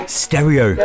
stereo